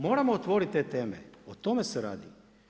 Moramo otvoriti te teme, o tome se radi.